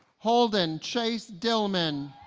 holden chase dillman